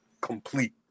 complete